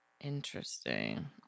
Interesting